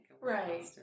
Right